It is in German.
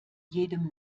jedem